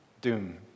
doom